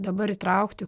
dabar įtraukti